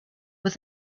were